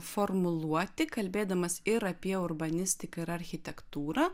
formuluoti kalbėdamas ir apie urbanistiką ir architektūrą